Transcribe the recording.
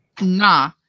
Nah